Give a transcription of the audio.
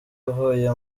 avuye